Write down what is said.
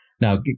Now